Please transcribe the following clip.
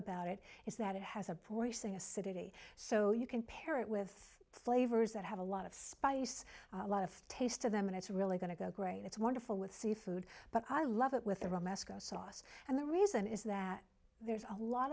about it is that it has a boyish thing acidity so you can pair it with flavors that have a lot of spice a lot of taste of them and it's really going to go great it's wonderful with seafood but i love it with a real mesko sauce and the reason is that there's a lot